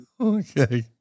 Okay